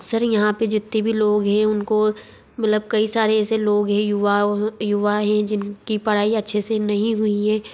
अक्सर यहाँ पर जितने भी लोग है उनको मतलब कई सारे ऐसे लोग हैं युवा युवा है जिनकी पढ़ाई अच्छे से नहीं हुई है